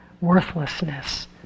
worthlessness